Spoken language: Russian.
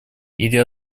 или